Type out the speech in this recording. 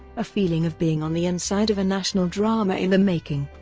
a feeling of being on the inside of a national drama in the making.